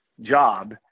job